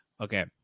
Okay